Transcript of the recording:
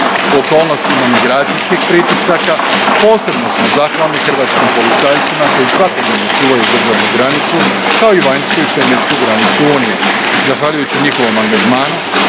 U okolnostima migracijskih pritisaka, posebno smo zahvalni hrvatskim policajcima koji svakodnevno čuvaju državnu granicu, kao i vanjsku granicu EU. Zahvaljujući njihovom angažmanu